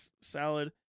salad